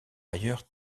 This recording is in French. ailleurs